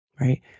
right